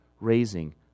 raising